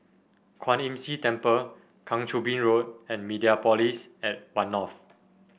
Kwan Imm See Temple Kang Choo Bin Road and Mediapolis at One North